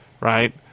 right